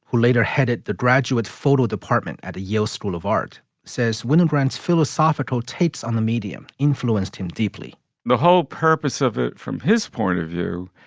later headed the graduate photo department at a yale school of art, says william grant's philosophical tait's on the medium influenced him deeply the whole purpose of it, from his point of view,